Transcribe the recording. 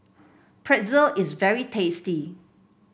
pretzel is very tasty